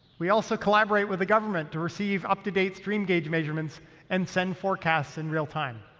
we also collaborate with the government to receive up-to-date stream gauge measurements and send forecasts in real time.